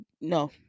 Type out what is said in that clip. no